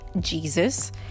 Jesus